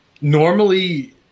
Normally